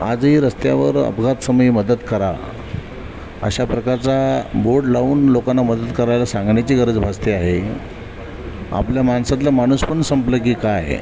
आजही रस्त्यावर अपघात समयी मदत करा अशा प्रकारचा बोर्ड लावून लोकांना मदत करायला सांगण्याची गरज भासते आहे आपल्या माणसातलं माणूसपण संपलं की काय